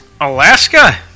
Alaska